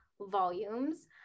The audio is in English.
volumes